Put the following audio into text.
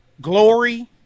Glory